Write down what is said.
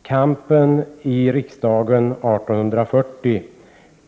utgör kampen i riksdagen år 1840.